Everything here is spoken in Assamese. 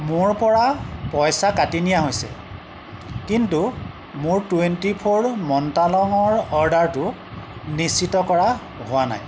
মোৰ পৰা পইচা কাটি নিয়া হৈছে কিন্তু মোৰ টুৱেণ্টি ফ'ৰ মন্ত্ৰালঙৰ অৰ্ডাৰটো নিশ্চিত কৰা হোৱা নাই